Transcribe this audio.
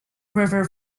river